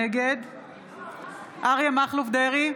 נגד אריה מכלוף דרעי,